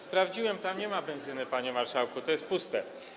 Sprawdziłem, tam nie ma benzyny, panie marszałku, to jest puste.